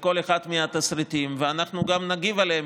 לכל אחד מהתסריטים, וגם נגיב עליהם.